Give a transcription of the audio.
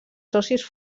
socis